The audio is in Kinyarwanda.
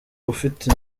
ufite